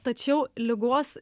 tačiau ligos